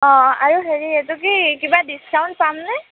অঁ আৰু হেৰি এইটো কি কিবা ডিচকাউণ্ট পামনে